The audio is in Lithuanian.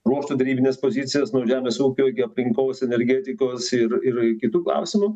ruoštų derybines pozicijas nuo žemės ūkio iki aplinkos energetikos ir ir kitų klausimų